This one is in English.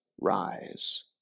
rise